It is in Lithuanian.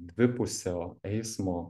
dvipusio eismo